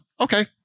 okay